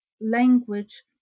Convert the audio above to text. language